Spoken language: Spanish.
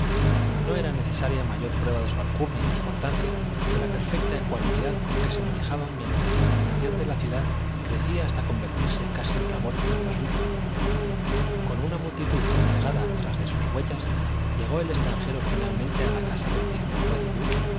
no era necesaria mayor prueba de su alcurnia e importancia que la perfecta ecuanimidad con que se manejaba mientras la admiración de la ciudad crecía hasta convertirse casi en clamor en torno suyo con una multitud congregada tras de sus huellas llegó el extranjero finalmente a la casa del digno